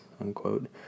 unquote